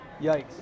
yikes